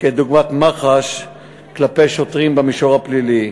כדוגמת מח"ש כלפי שוטרים במישור הפלילי,